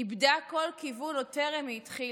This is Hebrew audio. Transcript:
איבדה כל כיוון עוד טרם היא התחילה.